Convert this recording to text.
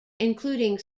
including